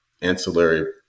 ancillary